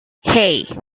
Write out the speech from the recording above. hey